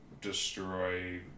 destroy